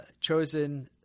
chosen